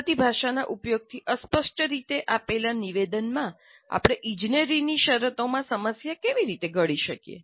કુદરતી ભાષાના ઉપયોગથી અસ્પષ્ટ રીતે આપેલા નિવેદનમાં આપણે ઇજનેરીની શરતોમાં સમસ્યા કેવી રીતે ઘડી શકીએ